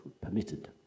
permitted